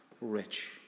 rich